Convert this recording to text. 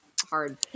hard